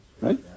Right